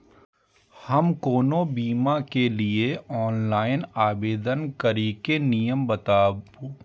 हम कोनो बीमा के लिए ऑनलाइन आवेदन करीके नियम बाताबू?